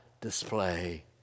display